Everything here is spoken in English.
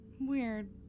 Weird